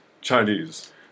Chinese